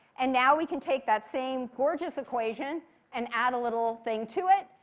and now we can take that same gorgeous equation and add a little thing to it.